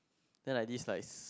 then like this likes